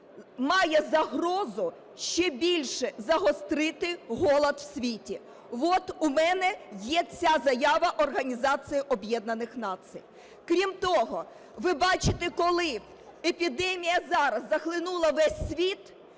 має загрозу ще більше загострити голод в світі. От у мене є ця заява Організації Об'єднаних Націй. Крім того, ви бачите, коли епідемія зараз захлинула весь світ,